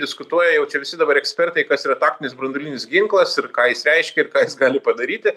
diskutuoja jau čia visi dabar ekspertai kas yra taktinis branduolinis ginklas ir ką jis reiškia ir ką jis gali padaryti